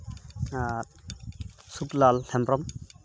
ᱟᱨ Sukhlal Hembrom